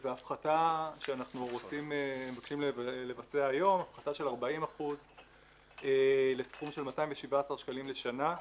הפחתה שאנחנו רוצים לבצע היום היא של 40% לסכום של 217 שקלים בשנה.